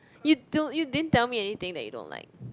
you don't you din tell me anything that you don't like